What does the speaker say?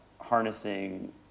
harnessing